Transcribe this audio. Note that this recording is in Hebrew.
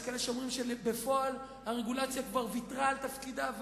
יש אנשים שאומרים שבפועל הרגולציה כבר ויתרה על תפקידה,